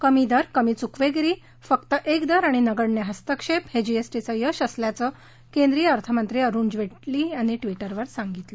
कमी दर कमी चुकवेगिरी फक्त एक दर आणि नगण्य हस्तक्षेप हे जीएसटीचं यश असल्याचं केंद्रीय अर्थमंत्री अरुण जेटली यांनी व्टिटरवर सांगितलं